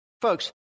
Folks